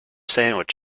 sandwich